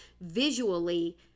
visually